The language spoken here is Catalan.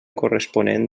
corresponent